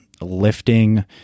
lifting